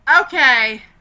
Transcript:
Okay